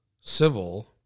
civil